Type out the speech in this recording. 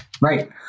Right